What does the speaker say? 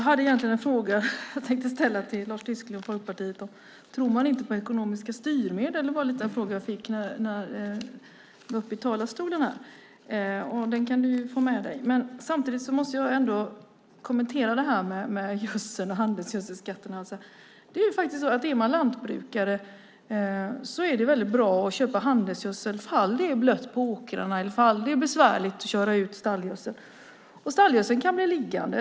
Fru talman! Jag hade tänkt att fråga Lars Tysklind och Folkpartiet om man inte tror på ekonomiska styrmedel. Det var en fråga jag fick när jag var uppe i talarstolen. Den kan du få med dig. Samtidigt måste jag få kommentera frågan om skatt på handelsgödsel. Det är bra för en lantbrukare att köpa handelsgödsel ifall det är blött på åkrarna eller ifall det är besvärligt att köra ut stallgödsel. Stallgödseln kan bli liggande.